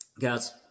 Guys